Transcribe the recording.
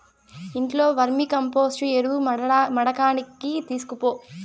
ఇంట్లో వర్మీకంపోస్టు ఎరువు మడికాడికి తీస్కపో